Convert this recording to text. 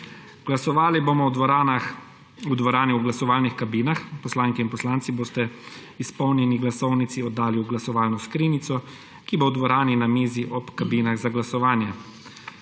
Glasovali bomo v dvorani v glasovalnih kabinah. Poslanke in poslanci boste izpolnjeni glasovnici oddali v glasovalno skrinjico, ki bo v dvorani na mizi ob kabinah za glasovanje.